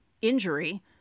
injury